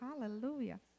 Hallelujah